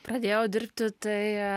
pradėjau dirbti tai